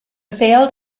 failed